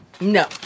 No